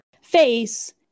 face